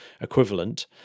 equivalent